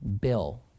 Bill